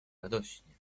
radośnie